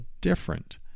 different